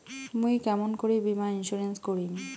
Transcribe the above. মুই কেমন করি বীমা ইন্সুরেন্স করিম?